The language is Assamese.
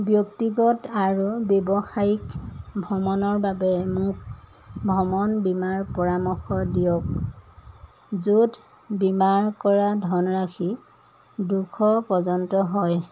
ব্যক্তিগত আৰু ব্যৱসায়িক ভ্ৰমণৰ বাবে মোক ভ্ৰমণ বীমাৰ পৰামৰ্শ দিয়ক য'ত বীমা কৰা ধনৰাশি দুশ পৰ্যন্ত হয়